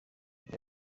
bya